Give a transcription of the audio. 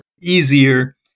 easier